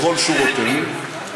בכל שורותינו.